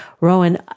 Rowan